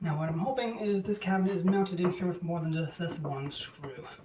what i'm hoping is this cabinet is mounted in here with more than just this one screw.